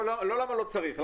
לא למה לא צריך.